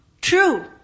true